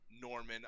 Norman